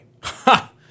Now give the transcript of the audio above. Ha